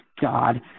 god